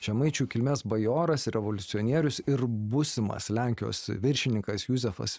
žemaičių kilmės bajoras revoliucionierius ir būsimas lenkijos viršininkas juzefas